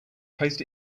placed